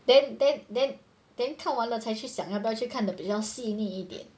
then then then 我 then 看完了才去想要不要去看得比较细腻一点